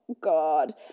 God